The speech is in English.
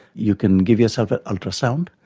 you can give yourself an ultrasound,